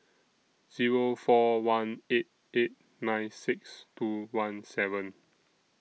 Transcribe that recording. Zero four one eight eight nine six two one seven